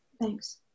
Thanks